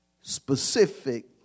specific